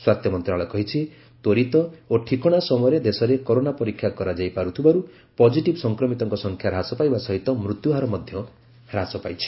ସ୍ୱାସ୍ଥ୍ୟ ମନ୍ତ୍ରଣାଳୟ କହିଛି ତ୍ୱରିତ ଓ ଠିକଣା ସମୟରେ ଦେଶରେ କରୋନା ପରୀକ୍ଷା କରାଯାଇ ପାର୍ ଥିବାରୁ ପଟ୍ଟିଟିଭ୍ ସଫକ୍ରମିତଙ୍କ ସଂଖ୍ୟା ହ୍ରାସ ପାଇବା ସହିତ ମୃତ୍ୟୁହାର ମଧ୍ୟ ହ୍ରାସ ପାଇଛି